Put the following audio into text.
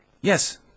yes